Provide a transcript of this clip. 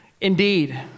Indeed